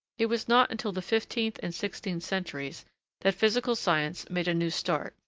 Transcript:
it was not until the fifteenth and sixteenth centuries that physical science made a new start,